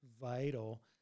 vital